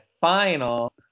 final